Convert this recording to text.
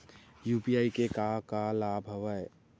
UPI के का का लाभ हवय?